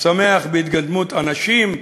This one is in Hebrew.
השמח בהתקדמות אנשים,